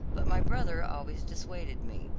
but my brother always dissuaded me,